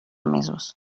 mesos